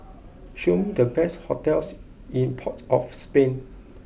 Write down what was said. show me the best hotels in Port of Spain